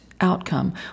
outcome